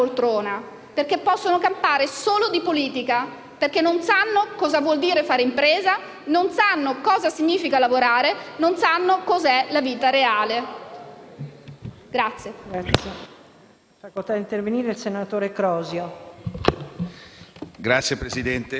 perché possono campare solo di politica e non sanno cosa vuol dire fare impresa, non sanno cosa significa lavorare, non sanno cos'è la vita reale.